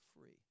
free